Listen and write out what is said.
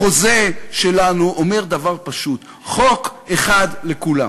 החוזה שלנו אומר דבר פשוט: חוק אחד לכולם.